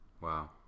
Wow